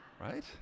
Right